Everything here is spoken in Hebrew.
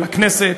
ולכנסת,